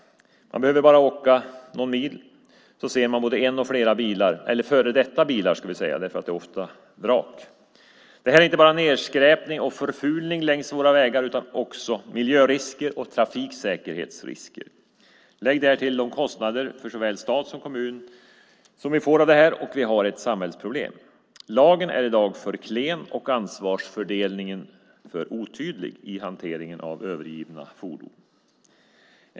Man behöver bara åka någon mil så ser man både en och flera bilar, eller före detta bilar, ska jag säga, för det är ofta vrak. Det här innebär inte bara nedskräpning och förfulning längs våra vägar utan också miljörisker och trafiksäkerhetsrisker. Lägg därtill de kostnader för såväl stat som kommun som vi får av det här och vi har ett samhällsproblem. Lagen är i dag för klen och ansvarsfördelningen för otydlig i hanteringen av övergivna fordon.